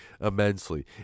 immensely